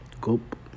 goop